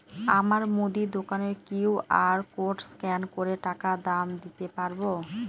আমার মুদি দোকানের কিউ.আর কোড স্ক্যান করে টাকা দাম দিতে পারব?